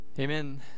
Amen